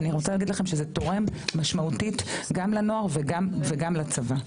אני רוצה להגיד לכם שזה תורם משמעותית גם לנוער וגם לצבא.